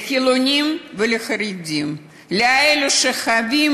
לחילונים ולחרדים, לאלו שחווים